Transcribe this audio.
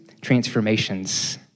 transformations